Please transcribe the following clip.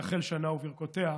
תחל שנה וברכותיה.